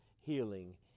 healing